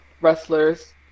wrestlers